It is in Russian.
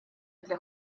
для